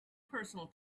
personal